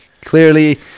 Clearly